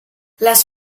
les